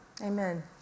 Amen